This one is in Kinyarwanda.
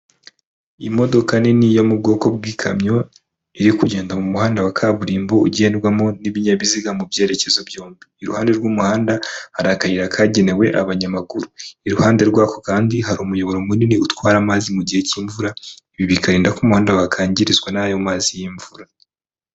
Iyi modoka nini yo mu bwoko bw'ikamyo, iri kugenda mu muhanda wa kaburimbo ugendwamo n'ibinyabiziga mu byerekezo byombi, iruhande rw'umuhanda hari akayira kagenewe abanyamaguru, iruhande rwako kandi hari umuyoboro munini utwara amazi mu gihe k'imvura, ibi bikarinda ko umuhanda wakangirizwa n'ayo mazi y'imvura.